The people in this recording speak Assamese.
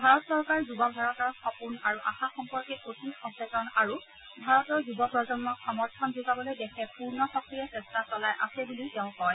ভাৰত চৰকাৰ যুৱ ভাৰতৰ সপোন আৰু আশা সম্পৰ্কে অতি সচেতন আৰু ভাৰতৰ যুৱ প্ৰজন্মক সমৰ্থন যোগাবলৈ দেশে পূৰ্ণ শক্তিৰে চেষ্টা চলাই আছে বুলিও তেওঁ কয়